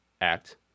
Act